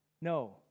no